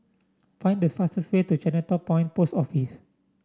find the fastest way to Chinatown Point Post Office